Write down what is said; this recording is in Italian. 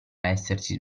essersi